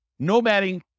nomading